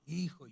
Hijo